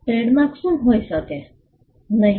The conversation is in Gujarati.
ટ્રેડમાર્ક શું હોઈ શકે નહીં